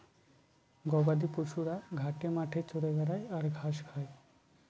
গবাদি পশুরা ঘাটে মাঠে চরে বেড়ায় আর ঘাস খায়